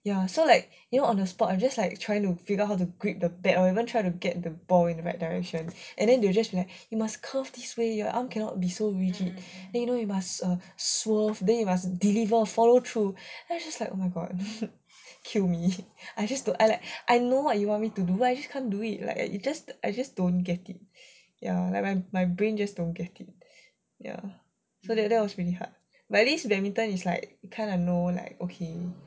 ya so like you know on the spot I'm just like trying to figure out how to grip the bat or even try to get the ball in the right direction and then they just like you must curve this way your arm cannot be so rigid then you know you must swerve then you must deliver follow through then I'm just like oh my god kill me I used to I like I know what you want me to do I just can't do it like you just I just don't get it ya like my brain just don't get it ya so that that was really hard but at least badminton is like you kind of know like okay